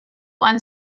one